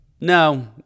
No